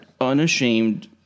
unashamed